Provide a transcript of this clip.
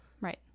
Right